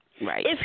Right